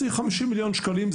צריך 50 מיליון שקלים,